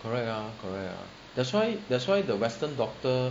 correct ah correct ah that's why that's why the western doctor